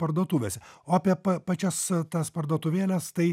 parduotuvėse o apie pa pačias tas parduotuvėles tai